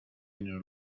nos